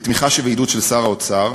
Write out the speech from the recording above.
בתמיכה ובעידוד של שר האוצר,